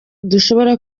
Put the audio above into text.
dushobora